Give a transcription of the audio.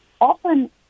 Often